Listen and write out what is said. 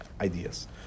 ideas